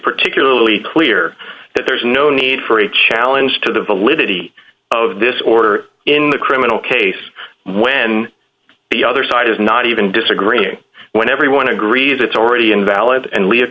particularly clear that there's no need for a challenge to the validity of this order in the criminal case when the other side is not even disagreeing when everyone agrees it's already invalid and lea